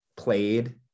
played